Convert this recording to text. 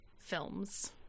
Films